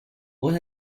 what